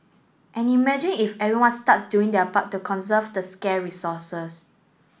and imagine if everyone starts doing their part to conserve the scare resources